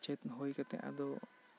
ᱪᱷᱮᱫᱽ ᱦᱩᱭ ᱠᱟᱛᱮᱜ ᱟᱫᱚ